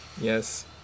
Yes